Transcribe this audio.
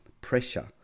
pressure